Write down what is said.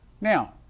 Now